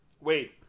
Wait